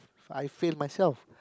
I fail myself